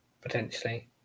potentially